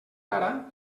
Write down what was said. ara